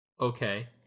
okay